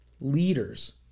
leaders